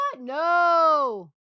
No